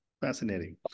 Fascinating